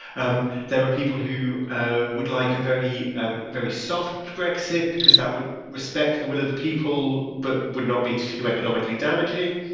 and there are people who ah would like a very and very soft brexit because that would respect the will of the people but would not be too economically damaging.